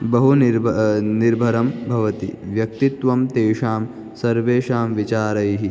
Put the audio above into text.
बहु निर्व निर्भरं भवति व्यक्तित्वं तेषां सर्वेषां विचारैः